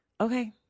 okay